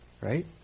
right